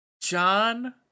John